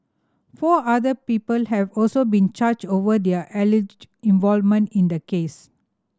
four other people have also been charged over their alleged involvement in the case